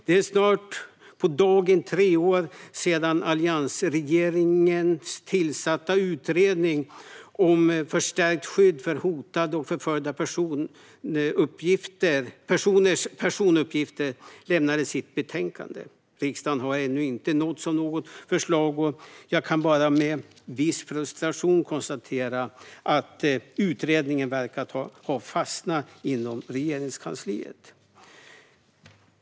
Det är snart på dagen tre år sedan alliansregeringens tillsatta utredning om förstärkt skydd för hotade och förföljda personers personuppgifter lämnade sitt betänkande. Riksdagen har ännu inte nåtts av något förslag. Jag kan bara med viss frustration konstatera att utredningen verkar ha fastnat inom Regeringskansliet.